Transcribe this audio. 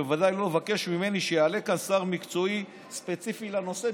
בוודאי לא לבקש ממני שיעלה כאן שר מקצועי ספציפי לנושא.